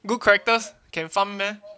good characters can farm meh